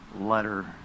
letter